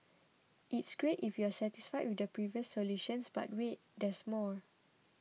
it's great if you're satisfied with the previous solutions but wait there's more